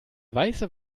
weiße